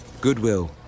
Goodwill